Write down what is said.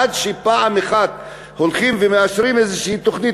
עד שפעם אחת הולכים ומאשרים איזושהי תוכנית